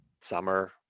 summer